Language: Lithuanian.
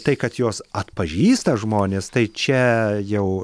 tai kad jos atpažįsta žmones tai čia jau